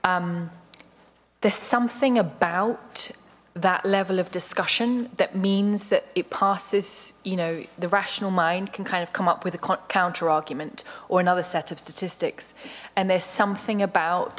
there's something about that level of discussion that means that it passes you know the rational mind can kind of come up with a counter argument or another set of statistics and there's something about